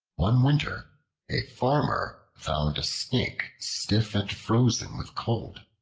one winter a farmer found a snake stiff and frozen with cold.